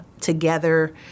together